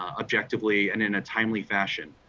objectively, and in a timely fashion.